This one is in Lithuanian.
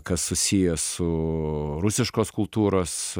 kas susiję su rusiškos kultūros